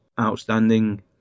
outstanding